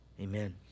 Amen